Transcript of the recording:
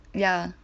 ya